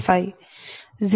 5 0